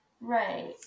right